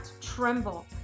tremble